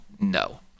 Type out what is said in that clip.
No